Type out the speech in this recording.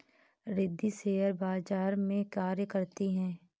Riddhi share बाजार में कार्य करती है